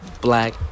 black